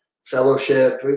fellowship